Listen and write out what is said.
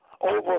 over